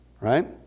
Right